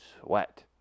sweat